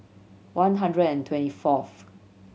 one hundred and twenty fourth